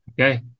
Okay